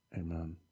Amen